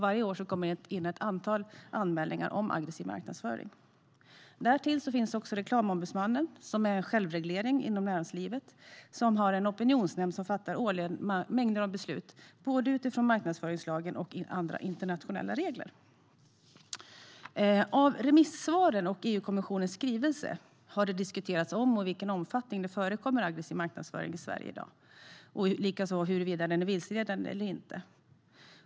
Varje år kommer det in ett antal anmälningar om aggressiv marknadsföring. Därtill finns Reklamombudsmannen, som är en självreglering inom näringslivet och som har en opinionsnämnd som årligen fattar mängder av beslut utifrån både marknadsföringslagen och andra internationella regler. I remissvaren och i EU-kommissionens skrivelse har det diskuterats om och i vilken omfattning det förekommer aggressiv marknadsföring i Sverige i dag, likaså huruvida den är vilseledande eller inte.